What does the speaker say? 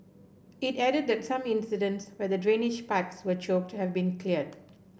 it added that some incidents where the drainage pipes were choked have been cleared